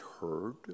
heard